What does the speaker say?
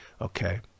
Okay